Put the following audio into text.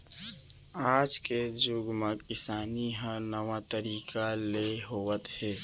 आज के जुग म किसानी ह नावा तरीका ले होवत हे